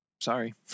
sorry